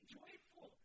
joyful